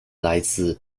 来自